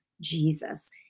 jesus